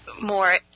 more